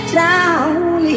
down